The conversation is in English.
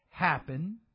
happen